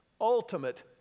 ultimate